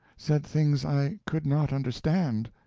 said things i could not understand,